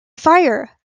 fire